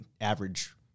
average